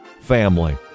family